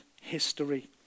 history